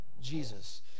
Jesus